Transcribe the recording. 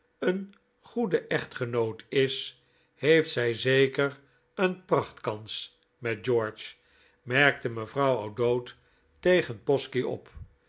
een goede echtgenoot is heeft zij zeker een prachtkans met george merkte mevrouw o'dowd tegen posky op